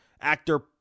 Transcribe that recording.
actor